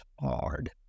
hard